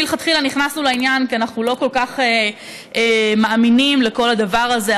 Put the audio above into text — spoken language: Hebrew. מלכתחילה נכנסנו לעניין כי אנחנו לא כל כך מאמינים לכל הדבר הזה.